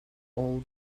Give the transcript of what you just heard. all